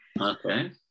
okay